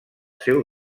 seu